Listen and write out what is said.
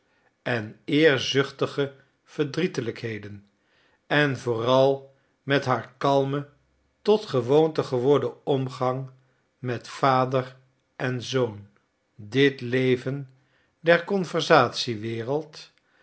en eerzuchtige verdrietelijkheden en vooral met haar kalmen tot gewoonte geworden omgang met vader en zoon dit leven der